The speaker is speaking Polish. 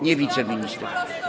Nie widzę ministra.